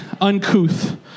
uncouth